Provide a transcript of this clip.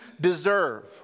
deserve